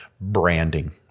branding